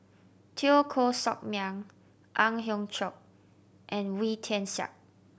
Teo Koh Sock Miang Ang Hiong Chiok and Wee Tian Siak